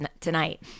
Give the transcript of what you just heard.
tonight